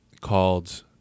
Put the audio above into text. called